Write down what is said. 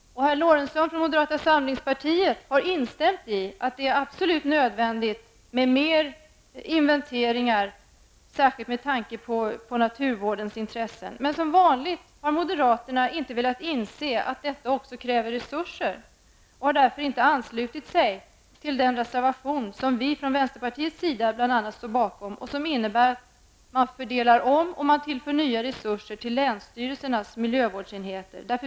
Herr Lorentzon från moderata samlingspartiet har instämt i att det är absolut nödvändigt med flera inventeringar, särskilt med tanke på naturvårdens intressen. Som vanligt har moderaterna dock inte velat inse att detta också kräver resurser och har därför inte anslutit sig till den reservation som bl.a. vi från vänsterpartiets sida står bakom. Reservationen innebär att man skall fördela om och tillföra nya resurser till länsstyrelsernas miljövårdsenheter.